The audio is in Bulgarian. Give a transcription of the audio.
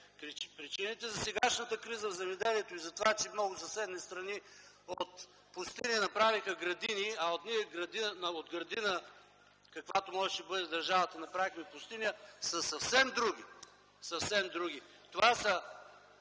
Причините за сегашната криза в земеделието и за това, че много съседни страни от пустини направиха градини, а ние от градина, каквато можеше да бъде държавата ни, направихме пустиня, са съвсем други, съвсем